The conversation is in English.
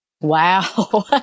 Wow